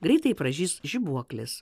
greitai pražys žibuoklės